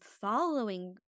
following